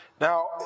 Now